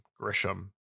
grisham